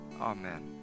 Amen